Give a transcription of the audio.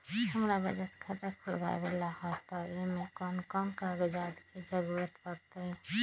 हमरा बचत खाता खुलावेला है त ए में कौन कौन कागजात के जरूरी परतई?